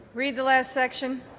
read the last section.